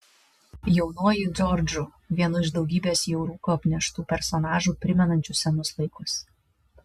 jaunuoju džordžu vienu iš daugybės jau rūko apneštų personažų primenančių senus laikus